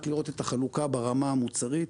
רק לראות את החלוקה ברמה המוצרית.